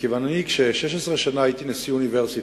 16 שנה הייתי נשיא אוניברסיטה,